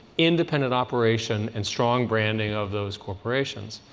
independent operation, and strong branding of those corporations.